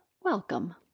welcome